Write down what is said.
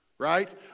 Right